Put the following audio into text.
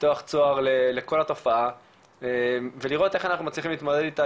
לפתוח צוהר לכל התופעה ולראות איך אנחנו מצליחים להתמודד איתה.